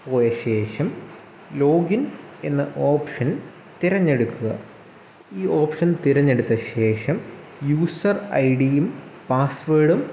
പോയശേഷം login എന്ന option തിരഞ്ഞെടുക്കുക ഈ ഓപ്ഷൻ തിരഞ്ഞെടുത്തശേഷം യൂസർ ഐ ഡിയും പാസ്സ്വേർഡും